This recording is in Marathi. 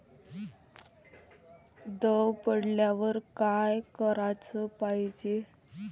दव पडल्यावर का कराच पायजे?